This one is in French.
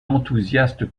enthousiaste